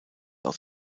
aus